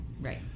Right